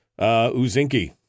Uzinki